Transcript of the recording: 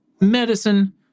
medicine